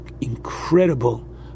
incredible